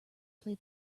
play